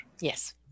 yes